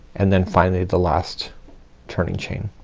and then finally the last turning chain